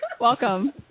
Welcome